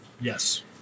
Yes